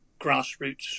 grassroots